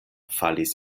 falis